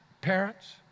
parents